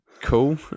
cool